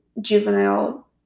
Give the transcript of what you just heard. juvenile